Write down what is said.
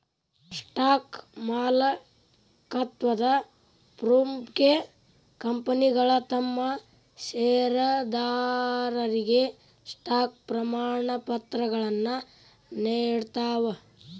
stock ಮಾಲೇಕತ್ವದ ಪ್ರೂಫ್ಗೆ ಕಂಪನಿಗಳ ತಮ್ ಷೇರದಾರರಿಗೆ ಸ್ಟಾಕ್ ಪ್ರಮಾಣಪತ್ರಗಳನ್ನ ನೇಡ್ತಾವ